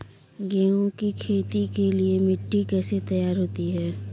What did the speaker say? गेहूँ की खेती के लिए मिट्टी कैसे तैयार होती है?